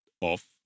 Off